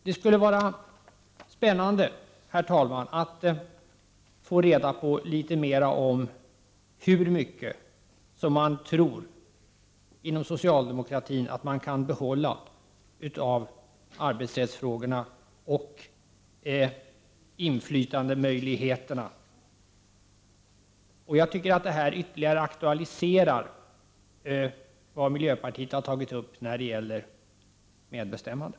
Det skulle vara spännande, herr talman, att få reda på litet mera om hur mycket man inom socialdemokratin tror att man kan behålla av arbetsrättsfrågorna och inflytandemöjligheterna. Jag tycker att detta ytterligare aktualiserar vad miljöpartiet har tagit upp när det gäller medbestämmandet.